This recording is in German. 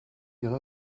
ihre